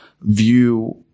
view